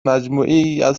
مجموعهی